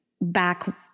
back